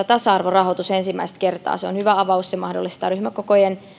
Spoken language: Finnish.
tasa arvorahoitus on ensimmäistä kertaa ensi vuoden budjetissa se on hyvä avaus se mahdollistaa ryhmäkokojen